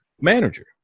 manager